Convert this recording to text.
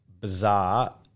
bizarre